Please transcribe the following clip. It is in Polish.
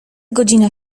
godzina